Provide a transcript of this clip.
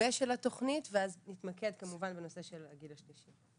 המתווה של התוכנית ואז נתמקד כמובן בנושא של הגיל השלישי.